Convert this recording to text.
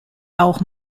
auch